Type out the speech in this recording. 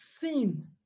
seen